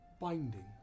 Binding